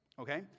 Okay